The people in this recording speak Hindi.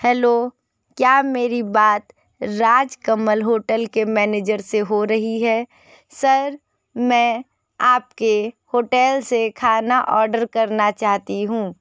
हेलो क्या मेरी बात राजकमल होटल के मैनेजर से हो रही है सर मैं आपके होटेल से खाना ऑर्डर करना चाहती हूँ